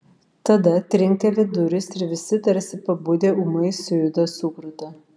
tada trinkteli durys ir visi tarsi pabudę ūmai sujuda sukruta